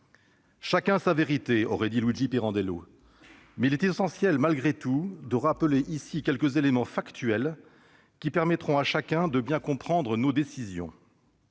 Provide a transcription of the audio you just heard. À chacun sa vérité », aurait dit Luigi Pirandello. Mais il est essentiel malgré tout de rappeler ici quelques éléments factuels, qui permettront à chacun de bien comprendre nos décisions.